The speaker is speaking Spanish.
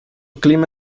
clima